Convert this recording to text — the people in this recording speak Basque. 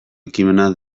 ekimena